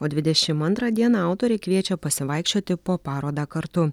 o dvidešim antrą dieną autorė kviečia pasivaikščioti po parodą kartu